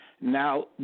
Now